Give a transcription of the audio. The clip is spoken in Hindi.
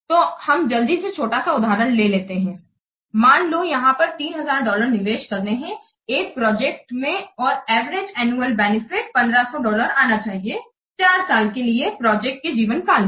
तो हम जल्दी से छोटा सा उदाहरण ले लेते हैं मान लो यहां पर 3000 डॉलर निवेश करने हैं एक प्रोजेक्ट में और एवरेज एनुअल बेनिफिट 1500 डॉलर आना चाहिए 4 साल के लिए प्रोजेक्ट के जीवन काल में